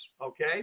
okay